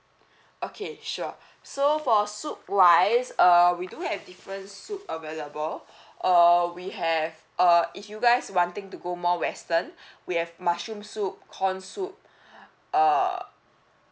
okay sure so for soup wise err we do have different soup available err we have uh if you guys wanting to go more western we have mushroom soup corn soup err